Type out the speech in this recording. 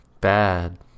Bad